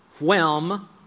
whelm